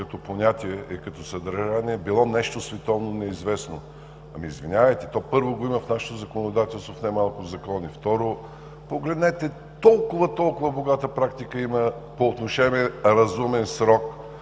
като понятие и като съдържание било нещо световно неизвестно. Извинявайте, първо, има го в нашето законодателство, в немалко закони. Второ, погледнете, толкова, толкова богата практика има по отношение „разумен срок“